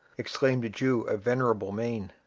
exclaimed a jew of venerable mien,